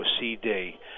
CD